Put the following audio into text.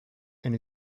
and